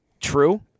true